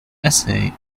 essay